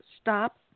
Stop